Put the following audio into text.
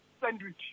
sandwich